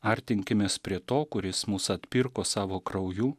artinkimės prie to kuris mus atpirko savo krauju